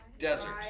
deserts